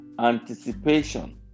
anticipation